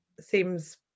seems